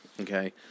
Okay